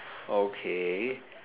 okay